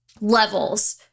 levels